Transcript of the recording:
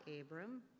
Abram